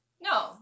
No